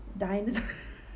dines